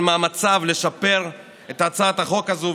על מאמציו לשפר את הצעת החוק הזו.